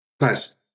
Nice